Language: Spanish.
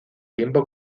tiempo